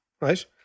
right